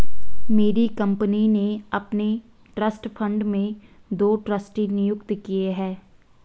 मेरी कंपनी ने अपने ट्रस्ट फण्ड में दो ट्रस्टी नियुक्त किये है